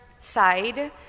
side